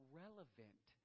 relevant